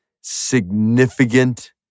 significant